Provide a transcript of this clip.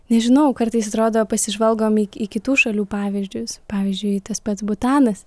nežinau kartais atrodo pasižvalgom į į kitų šalių pavyzdžius pavyzdžiui tas pats butanas